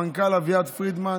המנכ"ל אביעד פרידמן